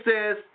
says